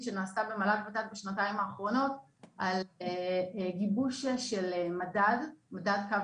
שנעשתה במל"ג ותת בשנתיים האחרונות על גיבוש של מדד קו